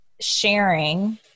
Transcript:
sharing